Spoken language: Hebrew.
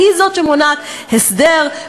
שהיא שמונעת הסדר,